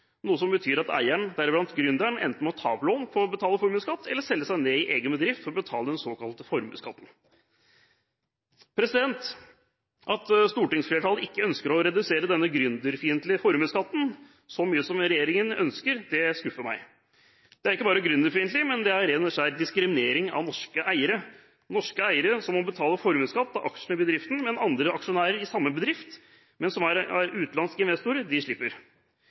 noe som betyr at eierne, deriblant gründeren, enten må ta opp lån for å betale formuesskatten eller må selge seg ned i egen bedrift for å betale den såkalte formuesskatten. At stortingsflertallet ikke ønsker å redusere denne gründerfiendtlige formuesskatten så mye som regjeringen ønsker, skuffer meg. Det er ikke bare gründerfiendtlig, men det er ren og skjær diskriminering av norske eiere. Norske eiere må betale formuesskatt av aksjene i bedriften, mens andre aksjonærer, utenlandske investorer i den samme bedriften, slipper.